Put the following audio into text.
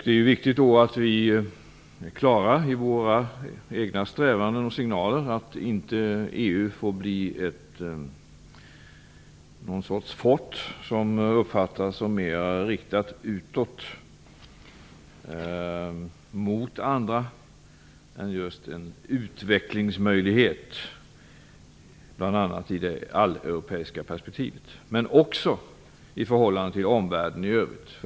Det är då viktigt att vi i våra egna strävanden är klara över att EU inte får bli någon sorts fort, som uppfattas som mera riktat utåt, mot andra, än just som en utvecklingsmöjlighet, bl.a. i det alleuropeiska perspektivet men också i förhållande till omvärlden i övrigt.